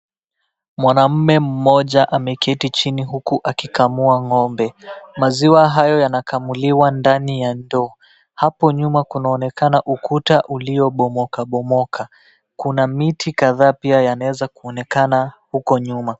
Mwanamume mmoja ameketi chini huku akikamua ng'ombe. Maziwa hayo yanakamuliwa ndani ya ndoo. Hapo nyuma kunaonekana ukuta uliobomokabomoka. Kuna miti kadhaa pia inaweza kuonekana huko nyuma.